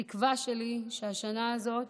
התקווה שלי היא שהשנה הזאת